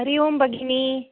हरि ओम् भगिनी